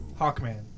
Hawkman